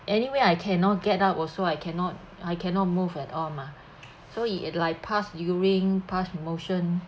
anyway I cannot get out also I cannot I cannot move at all mah so it it like pass urine pass motion